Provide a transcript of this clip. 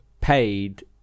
paid